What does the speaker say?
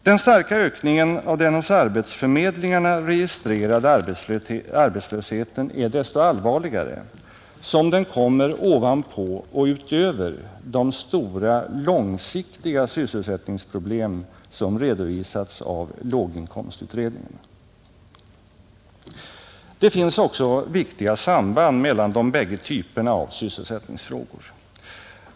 Den starka ökningen av den hos arbetsförmedlingarna registrerade arbetslösheten är desto allvarligare som den kommer ovanpå och utöver de stora långsiktiga sysselsättningsproblem som redovisats av låginkomstutredningen. Det finns också viktiga samband mellan de bägge typerna av sysselsättningsfrågor.